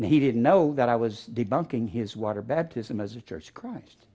he didn't know that i was debunking his water baptism as a church of christ